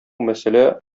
мәсьәлә